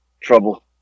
Trouble